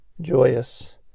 joyous